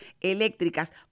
eléctricas